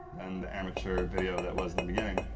and the amateur video that was in the beginning.